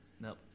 Nope